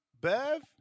Bev